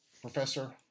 professor